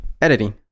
Editing